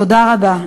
תודה רבה.